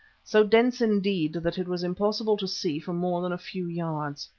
so dense indeed that it was impossible to see for more than a few yards.